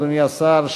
אדוני השר,